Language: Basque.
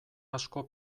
asko